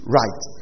right